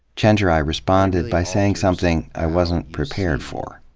chenjerai responded by saying something i wasn't prepared for.